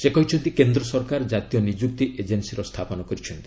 ସେ କହିଛନ୍ତି କେନ୍ଦ୍ର ସରକାର କାତୀୟ ନିଯୁକ୍ତି ଏଜେନ୍ଦିର ସ୍ଥାପନ କରିଛନ୍ତି